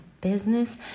business